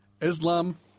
Islam